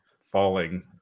falling